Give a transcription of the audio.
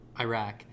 Iraq